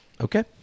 Okay